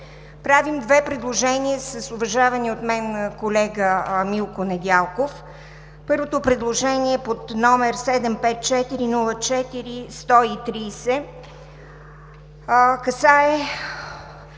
правим две предложения с уважавания от мен колега Милко Недялков. Първото предложение, под № 754-04-130, касае